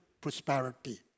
prosperity